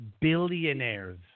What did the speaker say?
billionaires